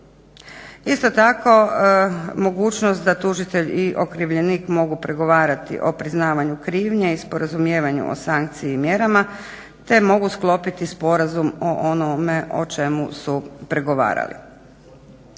Isto tako, mogućnost da tužitelj i okrivljenik mogu pregovarati o priznavanju krivnje i sporazumijevanju o sankciji i mjerama, te mogu sklopiti sporazum o onome o čemu su pregovarali.